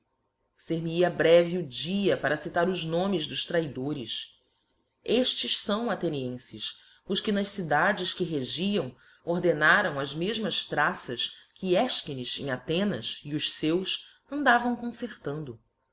ser me hia breve o dia para citar os nomes dos traidores eftes fâo athenienfes os que nas cidades que regiam ordenaram as mefmas traças que efchines em athenas e os feus andavam concertando